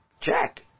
check